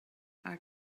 are